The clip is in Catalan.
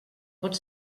pot